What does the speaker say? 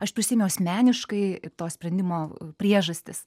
aš prisiėmiau asmeniškai to sprendimo priežastis